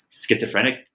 schizophrenic